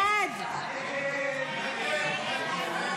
הסתייגות 616 לא נתקבלה.